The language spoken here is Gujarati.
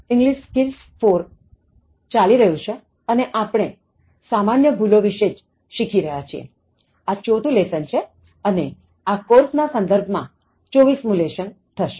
English Skills 4 હજી ચાલી રહ્યું છે અને આપણે સામાન્ય ભૂલો વિશે જ શીખી રહ્યા છીએઆ ચોથું લેસન છે અને આ કોર્સ ના સંદર્ભ માં ચોવીસમું લેસન થશે